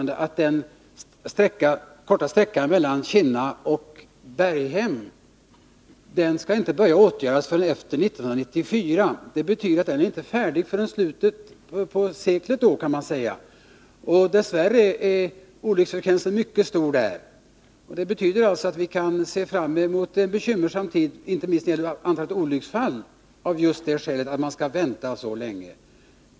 Den relativt korta sträckan mellan Kinna och Berghem skall enligt planen inte börja åtgärdas förrän efter 1994. Det betyder att den inte är färdig förrän islutet av seklet. Dess värre är olycksfrekvensen där mycket stor. På grund av att man skall vänta så länge kan vi alltså se fram emot en mycket bekymmersam tid, inte minst när det gäller antalet olycksfall.